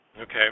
Okay